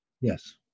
Yes